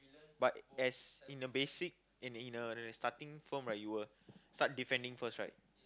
but as in the basic and in a starting form right you will start defending first right